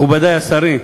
מכובדי השרים,